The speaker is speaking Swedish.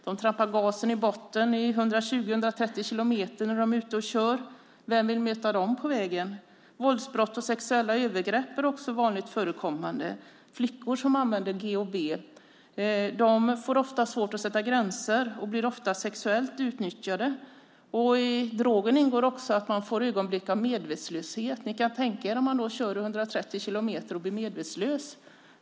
De trampar gasen i botten och kör 120-130 kilometer i timmen när de är ute och kör. Vem vill möta dem på vägen? Våldsbrott och sexuella övergrepp är också vanligt förekommande. Flickor som använder GHB får ofta svårt att sätta gränser och blir ofta sexuellt utnyttjade. Med drogen ingår också att man drabbas av ögonblick av medvetslöshet. Ni kan tänka er om man då kör i 130 kilometer och blir medvetslös.